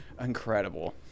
Incredible